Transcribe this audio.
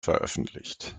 veröffentlicht